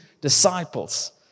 disciples